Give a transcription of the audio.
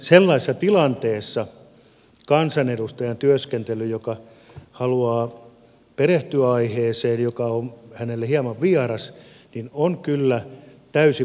sellaisessa tilanteessa kansanedustaja joka haluaa perehtyä aiheeseen joka on hänelle hieman vieras on kyllä täysin mahdottomassa tilanteessa